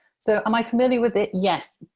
so, am i familiar with it? yes.